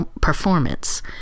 performance